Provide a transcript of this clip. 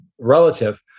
Relative